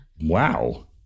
Wow